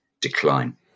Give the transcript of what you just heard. decline